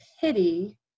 pity